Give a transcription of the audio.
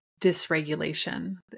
dysregulation